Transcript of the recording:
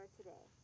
today